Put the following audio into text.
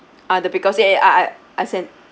ah the pickles s~ e~ I I I send